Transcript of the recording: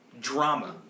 drama